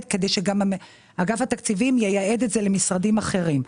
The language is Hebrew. כדי שגם אגף התקציבים ייעד את זה למשרדים אחרים.